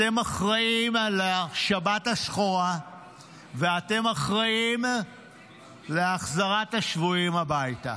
אתם אחראים לשבת השחורה ואתם אחראים להחזרת השבויים הביתה.